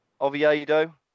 Oviedo